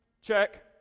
check